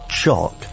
chalk